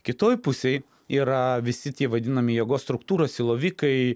kitoj pusėj yra visi tie vadinami jėgos struktūros silovikai